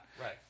Right